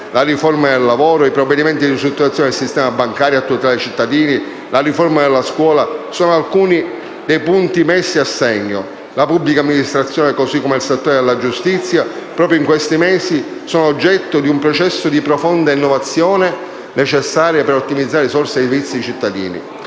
la riforma del lavoro, i provvedimenti di ristrutturazione del sistema bancario a tutela dei cittadini, la riforma della scuola sono soltanto alcuni dei primi punti messi a segno. La pubblica amministrazione, così come il settore della giustizia, proprio in questi mesi sono oggetto di un processo di profonda innovazione, necessaria per ottimizzare le risorse ed i servizi per i cittadini.